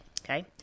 okay